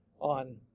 on